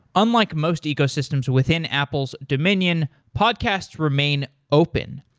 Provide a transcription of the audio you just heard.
unlike most ecosystems within apple's dominion, podcast remain open.